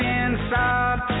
inside